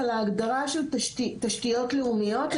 על ההגדרה של תשתיות לאומיות,